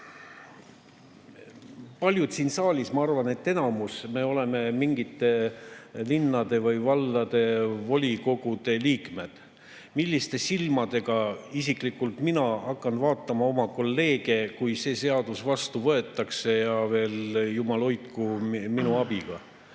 sõnum. Paljud siin saalis, ma arvan, et enamus, me oleme mingi linna või valla volikogu liikmed. Milliste silmadega isiklikult mina hakkan vaatama oma kolleegidele otsa, kui see seadus vastu võetakse ja veel, jumal hoidku, minu abiga?